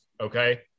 Okay